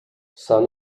sun